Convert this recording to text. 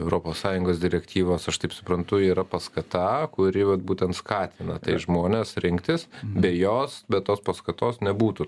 europos sąjungos direktyvos aš taip suprantu yra paskata kuri vat būtent skatina žmones rinktis be jos be tos paskatos nebūtų